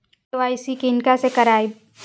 KYC किनका से कराबी?